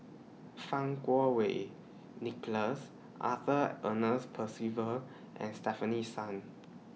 Fang Kuo Wei Nicholas Arthur Ernest Percival and Stefanie Sun